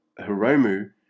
Hiromu